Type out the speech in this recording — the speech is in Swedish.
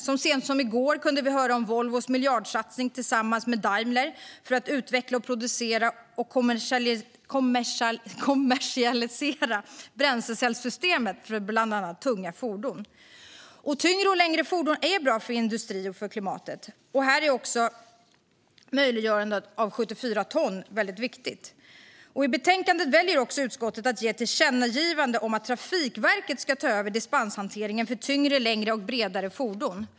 Så sent som i går kunde vi höra om Volvos miljardsatsning för att tillsammans med Daimler utveckla, producera och kommersialisera bränslecellssystem för bland annat tunga fordon. Tyngre och länge fordon är bra för industrin och för klimatet. Här är också möjliggörandet av transporter på 74 ton viktigt. I betänkandet väljer också utskottet att ge ett tillkännagivande om att Trafikverket ska ta över dispenshanteringen för tyngre, längre och bredare fordon.